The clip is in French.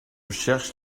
cherche